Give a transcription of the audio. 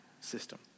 system